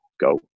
go